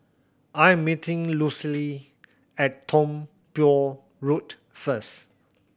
I am meeting Lucille at Tiong Poh Road first